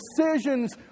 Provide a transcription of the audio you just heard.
decisions